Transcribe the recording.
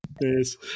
Yes